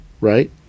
right